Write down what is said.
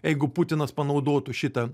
jeigu putinas panaudotų šitą